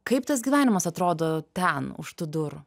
kaip tas gyvenimas atrodo ten už tų durų